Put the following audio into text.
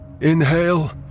Inhale